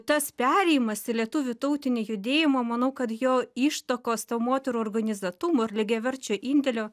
tas perėjimas į lietuvių tautinį judėjimą manau kad jo ištakos to moterų organizuotumo ir lygiaverčio indėlio